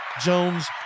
jones